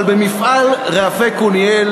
אבל במפעל "רעפי קוניאל"